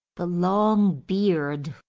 the long beard,